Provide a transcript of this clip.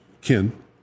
Ken